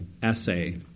essay